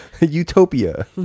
Utopia